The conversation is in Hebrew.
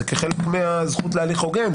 הוא כחלק מהזכות להליך הוגן.